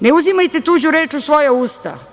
Ne uzimajte tuđu reč u svoja usta.